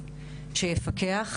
הוא מחפש סדרות